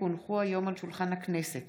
כי הונחו היום על שולחן הכנסת